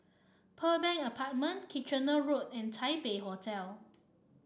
Pearl Bank Apartment Kitchener Road and Taipei Hotel